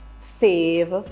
save